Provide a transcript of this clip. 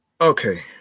Okay